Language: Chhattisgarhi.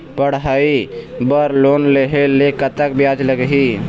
पढ़ई बर लोन लेहे ले कतक ब्याज लगही?